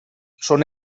són